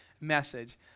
message